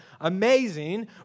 amazing